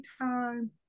time